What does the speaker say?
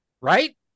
right